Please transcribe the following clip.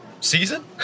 Season